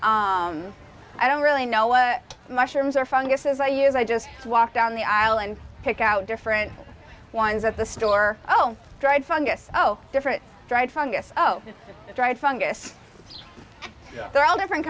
use i don't really know what mushrooms are funguses i use i just walk down the aisle and pick out different ones at the store oh dried fungus oh different dried fungus oh the dried fungus they're all different